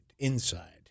Inside